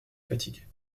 fatiguée